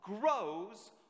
grows